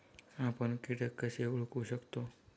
आपण कीटक कसे ओळखू शकतो?